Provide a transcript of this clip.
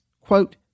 quote